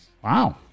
Wow